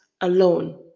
alone